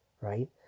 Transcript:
right